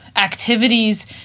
activities